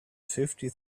fifty